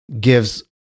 gives